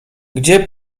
gdzie